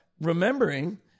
remembering